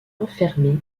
enfermé